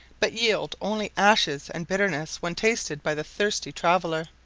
but yield only ashes and bitterness when tasted by the thirsty traveller.